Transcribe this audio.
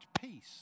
peace